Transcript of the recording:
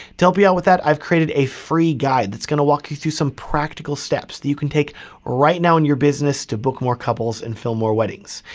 to help you out with that, i've created a free guide that's gonna walk you through some practical steps that you can take right now in your business to book more couples and film more weddings.